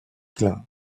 klein